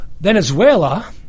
Venezuela